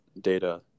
data